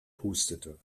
hustete